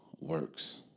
Works